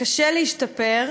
וקשה להשתפר,